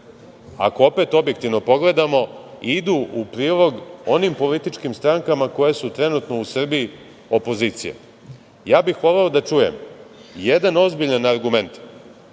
ako opet objektivno pogledamo, idu u prilog onim političkim strankama koje su trenutno u Srbiji opozicija. Ja bih voleo da čujem jedan ozbiljan argument